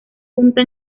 punta